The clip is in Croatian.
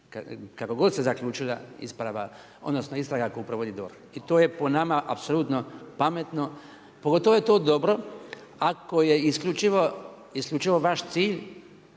kako god se zaključila istraga koju provodi DORH. I to je po nama apsolutno pametno. Pogotovo je to dobro, ako je isključivo vaš cilj